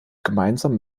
gemeinsam